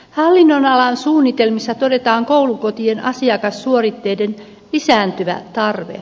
hallinnonalan suunnitelmissa todetaan koulukotien asiakassuoritteiden lisääntyvä tarve